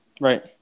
Right